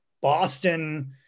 Boston